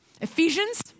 Ephesians